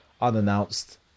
unannounced